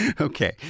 Okay